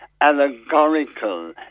allegorical